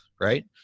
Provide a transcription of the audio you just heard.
right